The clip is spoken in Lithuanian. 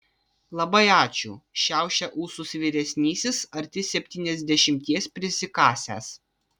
labai ačiū šiaušia ūsus vyresnysis arti septyniasdešimties prisikasęs